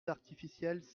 artificielle